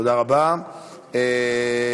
תודה רבה לך, אדוני.